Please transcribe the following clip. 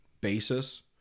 basis